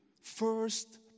first